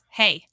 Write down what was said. hey